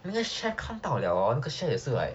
那个 chef 看到 liao hor 那个 chef 也是 like